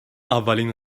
اولین